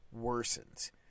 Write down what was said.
worsens